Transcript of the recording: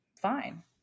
fine